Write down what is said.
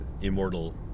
immortal